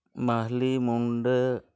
ᱢᱟᱦᱞᱤ ᱢᱩᱱᱰᱟᱹ